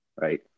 right